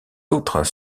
autres